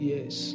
Yes